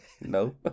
no